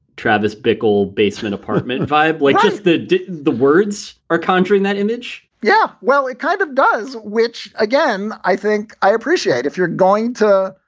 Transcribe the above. travis bickle basement apartment vibe lake is that the words are conjuring that image yeah, well it kind of does. which again, i think i appreciate if you're going to,